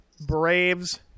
braves